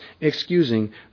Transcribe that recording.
excusing